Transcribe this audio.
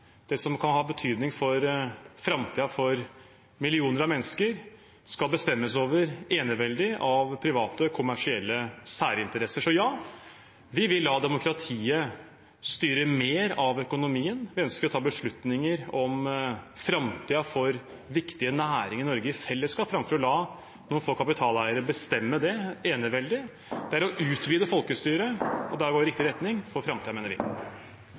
det som kan ha betydning for framtida for millioner av mennesker, skal bestemmes over eneveldig av private kommersielle særinteresser. Så ja, vi vil la demokratiet styre mer av økonomien. Vi ønsker å ta beslutninger om framtida for viktige næringer i Norge i fellesskap framfor å la noen få kapitaleiere bestemme det eneveldig. Det er å utvide folkestyret. Det er å gå i riktig retning for framtida, mener vi.